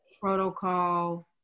protocol